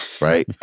Right